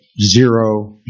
Zero